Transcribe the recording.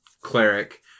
cleric